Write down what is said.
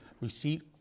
receipt